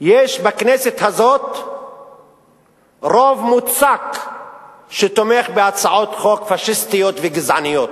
יש בכנסת הזאת רוב מוצק שתומך בהצעות חוק פאשיסטיות וגזעניות.